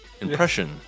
impression